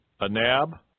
Anab